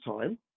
time